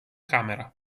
camera